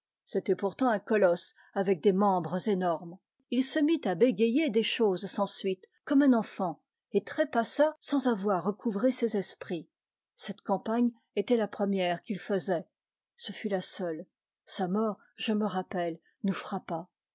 c'était pourtant un colosse avec des membres énormes il se mit à bégayer des choses sans suite comme un enfant et trépassa sans avoir recouvré ses esprits cette campagne était la première qu'il faisait ce fut la seule sa mort je me rappelle nous